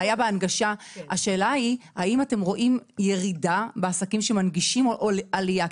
השאלה היא האם אתם רואים ירידה בעסקים שמנגישים או עלייה.